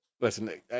Listen